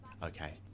okay